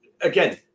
again